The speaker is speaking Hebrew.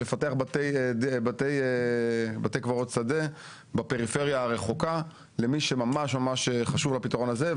לפתח בתי קברות שדה בפריפריה הרחוקה למי שממש חשוב לו הפתרון הזה.